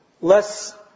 Less